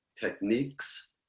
techniques